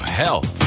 health